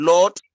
Lord